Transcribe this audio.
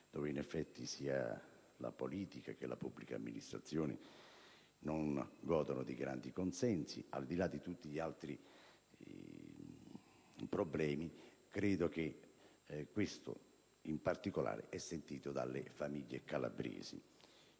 dove sia la politica che la pubblica amministrazione non godono di grandi consensi. Al di là di tutti gli altri problemi, credo che questo in particolare sia sentito dalle famiglie calabresi.